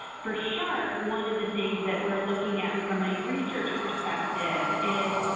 for sharp, one of the things that we're looking at from a research perspective is,